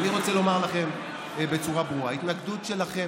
אני רוצה לומר לכם בצורה ברורה: ההתנגדות שלכם,